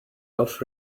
off